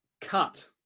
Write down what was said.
Cut